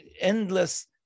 endless